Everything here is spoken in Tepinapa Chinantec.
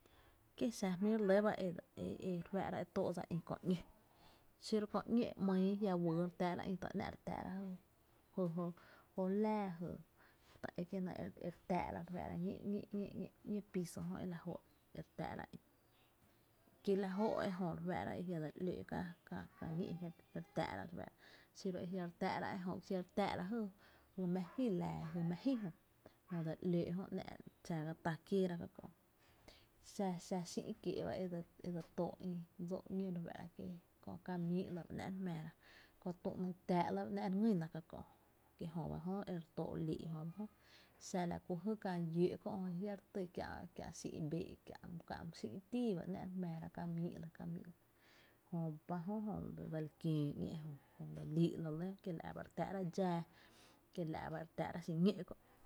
Kie’ xa jmí’ re lɇ ba e e re fáá’ra e tóó’ dsa ï kö ‘ñóxiro köö ‘ñó e ‘mýy jia’ wýy re táá’ra ï, kie’ ta lýn re táá’ra ji jy jo láá ta ekie’ ‘náá’ e e (hesiatiaon) e re táá’ra re fáá’ra ñí’ ñí’ ñee piso jö e re táá’ra ï, kielña jóó’ ejö jmⱥⱥ e jia’ dseli ´lóo’ kä kä ñí’ je re tⱥⱥ’ra re fáá’ra xiro e jia’ re tá’ra ejö, xiro a jia’ re táá’ra jy mⱥ ji laa jy mⱥ ji jö, jö dse li ‘lóó’ jö ¨’nⱥ’ dxara tá kieéra ka kö’ xa xa xÿ’ kiéé’ ba e dse tóó’ ï dsoo’ ´ñó re fáá´ra köö kamii’ lɇ ba ‘nⱥ’ re jmáára, kö, tü, ‘ny táá’ ba ‘nⱥ’ re ngýna ka kö’ jö kie jö ba jö e re tóó’ lii’ jöba jö, xa la ku kää lló’ je jia’ re tý kiä’, kiä’ xÿ’ bee’ kiä’ my xÿ’ tii ba ‘nⱥ’ re jmⱥⱥra ka mii’ lɇ Jö ba jö dse li kiöö ‘ñéé ejö lii’ lɇ lɇ´kiela’ bare tⱥⱥ’ra dxaa la’ ba e re tⱥⱥ’ra xiñó’ kö